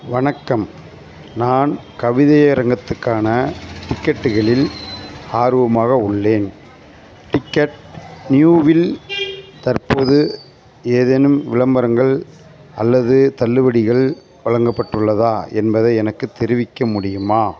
வணக்கம் நான் கவிதையரங்கத்துக்கான டிக்கெட்டுகளில் ஆர்வமாக உள்ளேன் டிக்கெட் நியூவில் தற்போது ஏதேனும் விளம்பரங்கள் அல்லது தள்ளுபடிகள் வழங்கப்பட்டுள்ளதா என்பதை எனக்குத் தெரிவிக்க முடியுமா